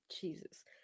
Jesus